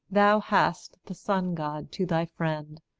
thou hast the son-god to thy friend.